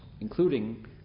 including